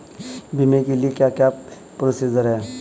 बीमा के लिए क्या क्या प्रोसीजर है?